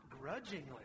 grudgingly